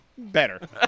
Better